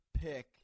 pick